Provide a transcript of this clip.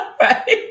right